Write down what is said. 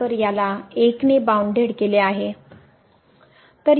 तर याला १ ने बाउनडेड केले आहे